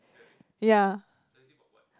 ya